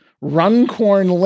Runcorn